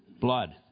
blood